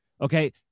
Okay